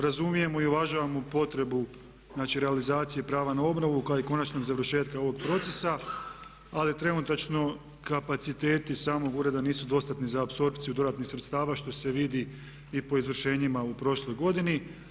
Razumijemo i uvažavamo potrebu znači realizacije prava na obnovu kao i konačnog završetka ovog procesa ali trenutačno kapaciteti samog ureda nisu dostatni za apsorpciju dodatnih sredstava što se vidi i po izvršenjima u prošloj godini.